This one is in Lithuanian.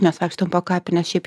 mes vaikštom po kapines šiaip